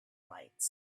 lights